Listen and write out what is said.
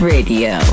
Radio